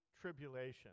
tribulation